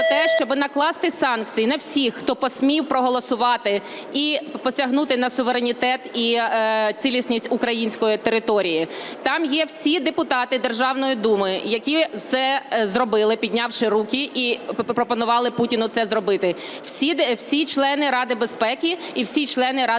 про те, щоб накласти санкції на всіх, хто посмів проголосувати і посягнути на суверенітет і цілісність української території. Там є всі депутати Державної Думи, які це зробили, піднявши руки, і пропонували Путіну це зробити, всі члени Ради безпеки і всі члени Ради